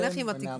נלך עם התקווה.